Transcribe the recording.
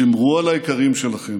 שמרו על היקרים שלכם.